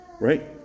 right